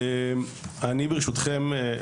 אני, ברשותכם,